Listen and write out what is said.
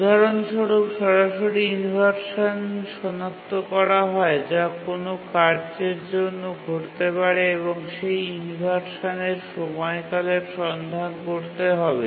উদাহরণস্বরূপ সরাসরি ইনভারসান সনাক্ত করা হয় যা কোনও কার্যের জন্য ঘটতে পারে এবং সেই ইনভারসানের সময়কালের সন্ধান করতে হবে